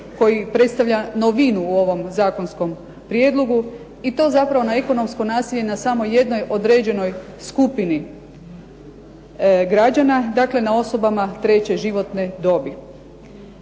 koji predstavlja novinu u ovom zakonskom prijedlogu i to zapravo na ekonomsko nasilje na samo jednoj određenoj skupini građana, dakle na osobama treće životne dobi.